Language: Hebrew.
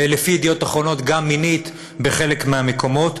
ולפי "ידיעות אחרונות" גם מינית בחלק מהמקומות.